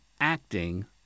acting